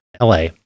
LA